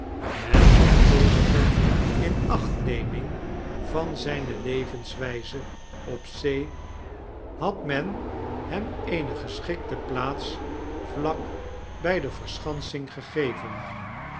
met zorgvuldige inachtneming van zyne levenswyze op zee had men hem eene geschikte plaats vlak bij de verschansing gegeven